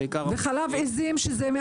גם חלב עיזים.